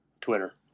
Twitter